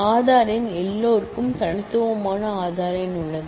ஆதார் எண் எல்லோருக்கும் யூனிக் ஆதார் எண் உள்ளது